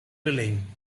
willing